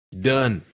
Done